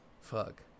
Fuck